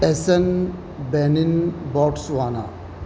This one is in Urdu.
Essen Benin Botswana